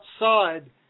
outside